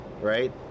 right